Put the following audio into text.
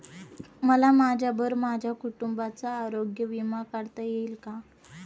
मला माझ्याबरोबर माझ्या कुटुंबाचा आरोग्य विमा काढता येईल का?